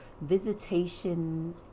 visitation